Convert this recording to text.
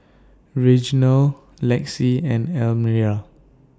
Reginald Lexi and Elmyra